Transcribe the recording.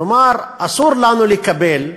כלומר, אסור לנו לקבל,